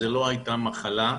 זו לא הייתה מחלה.